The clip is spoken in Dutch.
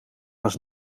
was